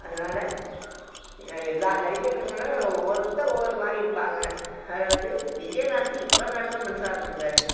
அதனால எல்லா நடிகர்களுக்கும் ஒவ்வொருத்தர் ஒவ்வொரு மாதிரி இருப்பாங்க அதில் வந்து விஜயகாந்த் இவ்வளோ நல்ல மனுஷனாக இருந்திருக்காரு